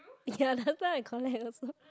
ya that time I collect also